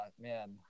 man